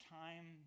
time